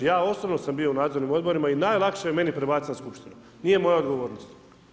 Ja osobno sam bio u nadzornim odborima i najlakše je meni prebaciti na skupštinu, nije moja odgovornost.